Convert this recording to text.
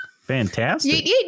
Fantastic